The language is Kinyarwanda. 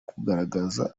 kugaragara